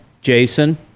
jason